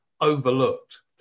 overlooked